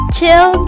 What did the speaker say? Chill